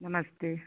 नमस्ते